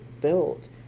built